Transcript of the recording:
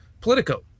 Politico